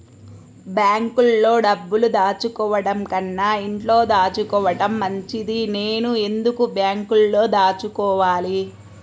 బ్యాంక్లో డబ్బులు దాచుకోవటంకన్నా ఇంట్లో దాచుకోవటం మంచిది నేను ఎందుకు బ్యాంక్లో దాచుకోవాలి?